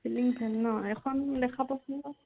ceiling fan ন এখন দেখাবচোন বাৰু